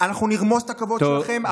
אנחנו נרמוס את הכבוד שלכם.